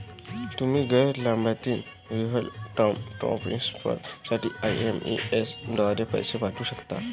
तुम्ही गैर लाभार्थ्यांना रिअल टाइम ट्रान्सफर साठी आई.एम.पी.एस द्वारे पैसे पाठवू शकता